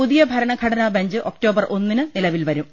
പുതിയ ഭരണഘടനാ bench October ഒന്നിന് നിലവിൽ വരും